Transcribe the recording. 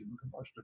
combustion